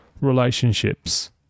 relationships